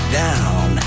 down